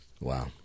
Wow